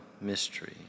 mystery